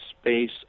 space